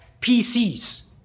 PC's